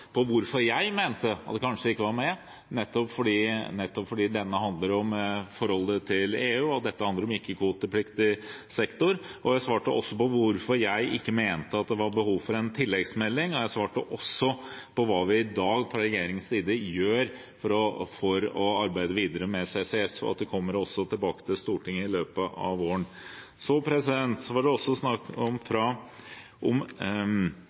på hvorfor jeg mente at det ikke var behov for en tilleggsmelding. Og jeg svarte på hva vi i dag fra regjeringens side gjør for å arbeide videre med CCS, og at vi kommer tilbake til Stortinget med det i løpet av våren. Det var også snakk om